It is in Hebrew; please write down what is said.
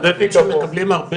אבל